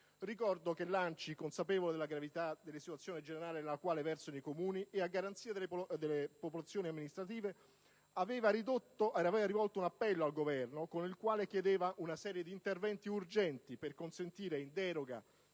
Ricordo che l'ANCI, consapevole della gravità della situazione generale nella quale versano i Comuni e a garanzia delle popolazioni amministrate, aveva rivolto un appello al Governo con il quale chiedeva una serie di interventi urgenti per consentire, in deroga